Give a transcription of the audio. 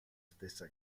stessa